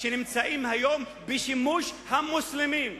שנמצאים היום בשימוש המוסלמים.